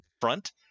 front